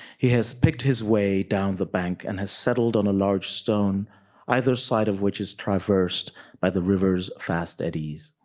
he has picked his way down the bank and has settled on a large stone either side of which is traversed by the rivers fast at ease.